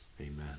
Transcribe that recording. Amen